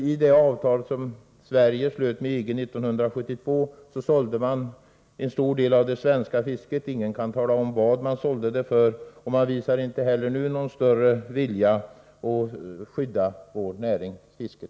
I det avtal som Sverige slöt med EG år 1972 sålde man en stor del av det svenska fisket — ingen kan tala om vad det såldes för — och regeringen visar inte heller nu någon större vilja att skydda vår näring, fisket.